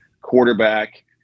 Quarterback